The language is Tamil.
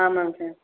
ஆமாங்க சார்